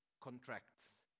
contracts